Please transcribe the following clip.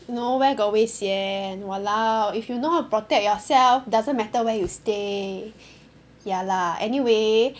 no where got 危险 !walao! if you know how to protect yourself doesn't matter where you stay ya lah anyway